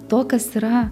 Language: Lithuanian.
to kas yra